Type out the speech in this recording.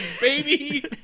baby